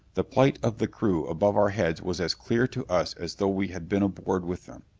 the plight of the crew above our heads was as clear to us as though we had been aboard with them.